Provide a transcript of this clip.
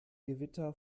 gewitter